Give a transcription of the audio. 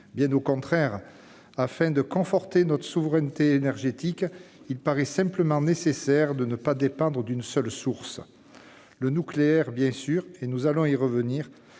Bien au contraire ! Pour conforter notre souveraineté énergétique, il est simplement nécessaire de ne pas dépendre d'une seule source. Il y a le nucléaire, bien sûr, et nous allons y revenir,